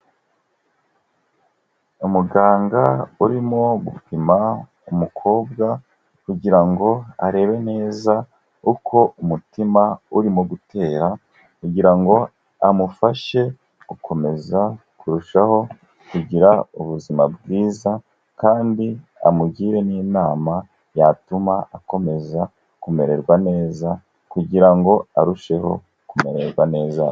Umuganga urimo gupima umukobwa kugira ngo arebe neza uko umutima urimo gutera, kugira ngo amufashe gukomeza kurushaho kugira ubuzima bwiza, kandi amugire n'inama yatuma akomeza kumererwa neza, kugira ngo arusheho kumererwa neza.